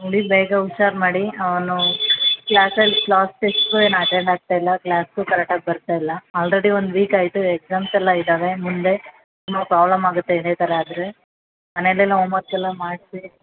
ನೋಡಿ ಬೇಗ ಹುಷಾರು ಮಾಡಿ ಅವನು ಕ್ಲಾಸಲ್ಲಿ ಕ್ಲಾಸ್ ಟೆಸ್ಟ್ಗೂ ಏನು ಅಟೆಂಡ್ ಆಗ್ತಾ ಇಲ್ಲ ಕ್ಲಾಸ್ಗೂ ಕರೆಕ್ಟಾಗಿ ಬರ್ತಾ ಇಲ್ಲ ಆಲ್ರೆಡಿ ಒಂದು ವೀಕ್ ಆಯಿತು ಎಕ್ಸಾಮ್ಸ್ ಎಲ್ಲ ಇದಾವೆ ಮುಂದೆ ತುಂಬ ಪ್ರಾಬ್ಲಮ್ ಆಗುತ್ತೆ ಇದೇ ಥರ ಆದರೆ ಮನೇಲಿ ಎಲ್ಲ ಹೋಮ್ವರ್ಕ್ಸ್ ಎಲ್ಲ ಮಾಡಿಸಿ